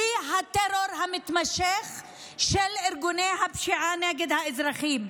בלי הטרור המתמשך של ארגוני הפשיעה נגד האזרחים.